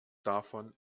davon